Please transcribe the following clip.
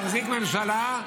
להחזיק ממשלה,